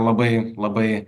labai labai